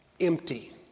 empty